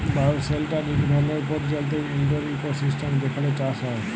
bioshelter ইক ধরলের পরিচালিত ইলডোর ইকোসিস্টেম যেখালে চাষ হ্যয়